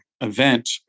event